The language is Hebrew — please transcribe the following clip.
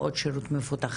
ועוד שירות מפותח.